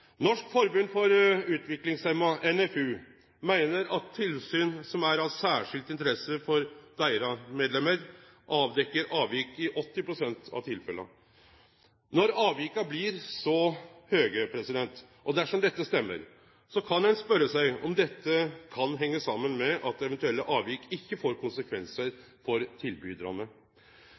Norsk Forbund for Utviklingshemma, NFU, meiner at tilsyn som er av særskild interesse for deira medlemer, avdekkjer avvik i 80 pst av tilfella. Når avviket blir så stort, og dersom dette stemmer, kan ein spørje seg om dette kan hengje saman med at eventuelle avvik ikkje får konsekvensar for